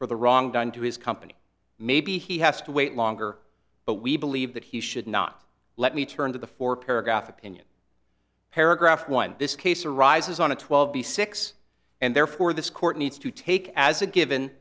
for the wrong done to his company maybe he has to wait longer but we believe that he should not let me turn to the four paragraph opinion paragraph one this case arises on a twelve b six and therefore this court needs to take as a given